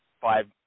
five